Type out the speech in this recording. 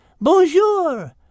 Bonjour